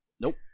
Nope